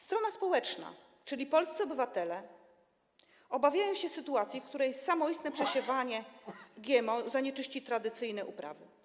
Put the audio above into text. Strona społeczna, czyli polscy obywatele, obawia się sytuacji, w której samoistne przesiewanie GMO zanieczyści tradycyjne uprawy.